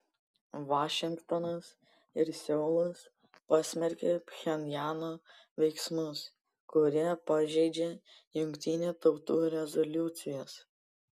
vašingtonas ir seulas pasmerkė pchenjano veiksmus kurie pažeidžia jungtinių tautų rezoliucijas